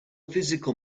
physical